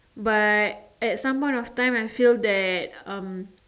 but at some point of time I feel that um